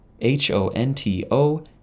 H-O-N-T-O